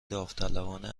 داوطلبانه